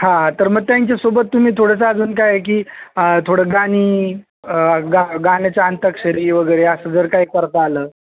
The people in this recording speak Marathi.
हां तर मग त्यांच्यासोबत तुम्ही थोडंसं अजून काय आहे तुम्ही की थोडं गाणी गाण्याची अंताक्षरी वगैरे असं जर काही करता आलं